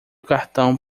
cartão